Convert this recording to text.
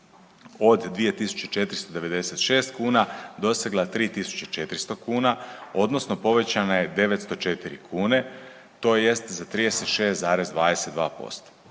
od 2.496 kuna dosegla je 3.400 kuna odnosno povećana je 904 kune tj. za 36,22%.